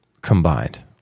combined